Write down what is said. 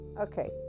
Okay